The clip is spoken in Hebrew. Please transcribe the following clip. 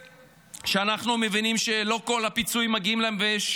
כשאנחנו מבינים שלא כל הפיצויים מגיעים להם ויש